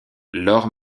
laure